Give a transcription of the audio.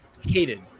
hated